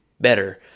better